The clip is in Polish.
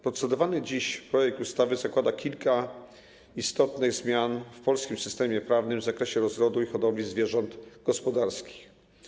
Procedowany dziś projekt ustawy zakłada kilka istotnych zmian w polskim systemie prawnym w zakresie rozrodu i hodowli zwierząt gospodarskich.